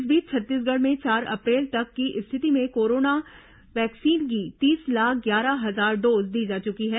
इस बीच छत्तीसगढ़ में चार अप्रैल तक की स्थिति में कोरोना वैक्सीन की तीस लाख ग्यारह हजार डोज दी जा चुकी है